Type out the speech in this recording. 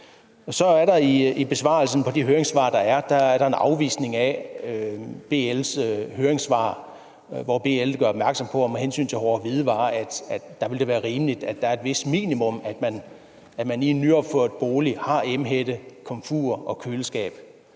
i besvarelsen på de høringssvar, der er, en afvisning BL's høringssvar, hvor BL gør opmærksom på, at med hensyn til hårde hvidevarer vil det være rimeligt, at der er et vist minimum – at man i en nyopført bolig har emhætte, komfur og køleskab.